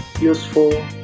useful